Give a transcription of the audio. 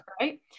right